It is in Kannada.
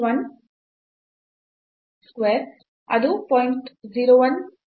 1 square ಅದು 0